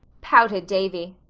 pouted davy.